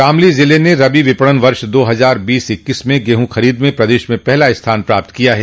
शामली जिले ने रबी विपणन वर्ष दो हजार बीस इक्कीस में गेंहू खरीद में प्रदेश में प्रथम स्थान प्राप्त किया है